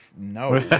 No